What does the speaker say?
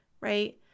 right